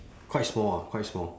quite small ah quite small